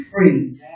free